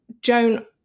Joan